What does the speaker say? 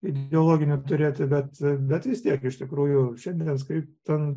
ideologinio turėti bet bet vis tiek iš tikrųjų šiandien skaitant